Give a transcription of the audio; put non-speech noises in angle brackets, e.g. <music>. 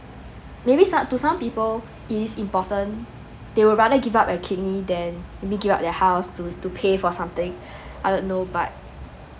maybe some to some people it is important they would rather give up a kidney than maybe give up their house to to pay for something <breath> I don't know but